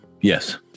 yes